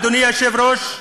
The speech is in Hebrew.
אדוני היושב-ראש,